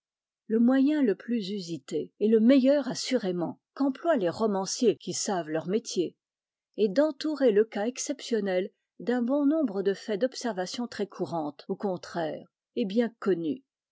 le moyen le plus usité et le meilleur assurément qu'emploient les romanciers qui savent leur métier est d'entourer le cas exceptionnel d'un bon nombre de faits d'observation très courante au contraire et bien connus